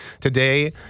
today